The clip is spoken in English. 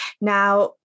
Now